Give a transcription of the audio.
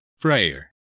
Prayer